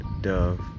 Dove